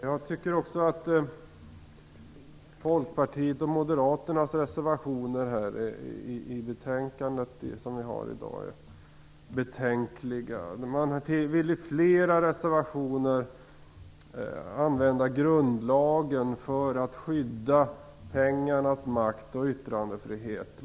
Jag tycker också att Folkpartiets och Moderaternas reservationer vid betänkandet är betänkliga. Man vill i flera reservationer använda grundlagen för att skydda pengarnas makt och yttrandefrihet.